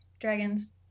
dragons